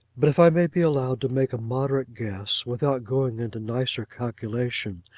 but if i may be allowed to make a moderate guess, without going into nicer calculation,